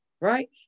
right